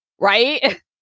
Right